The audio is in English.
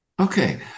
Okay